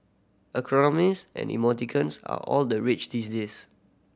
acronyms and emoticons are all the rage these days